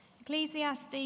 Ecclesiastes